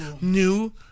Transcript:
new